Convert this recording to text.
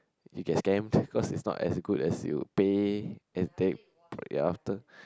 you get scammed cause it's not as good as you pay and take ya after